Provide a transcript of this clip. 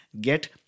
get